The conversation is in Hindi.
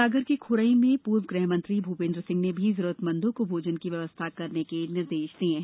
सागर के ख्रई में प्र्व ग़हमंत्री भ्पेंद्र सिंह ने भी जरूरतमंदों को भोजन की व्यवस्था करने के निर्देश दिए हैं